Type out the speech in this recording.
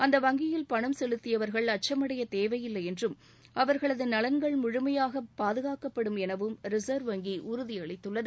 அந்த வங்கியில் பணம் செலுத்தியவர்கள் அச்சமடைய தேவையில்லை என்றும் அவர்களது நலன்கள் முழுமையாக பாதுகாக்கப்படும் எனவும் ரிசா்வ் வங்கி உறுதியளித்துள்ளது